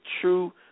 true